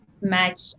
match